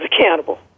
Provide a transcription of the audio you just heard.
accountable